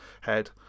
head